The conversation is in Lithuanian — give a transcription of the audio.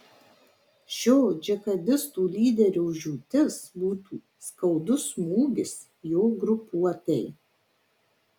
šio džihadistų lyderio žūtis būtų skaudus smūgis jo grupuotei